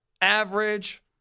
average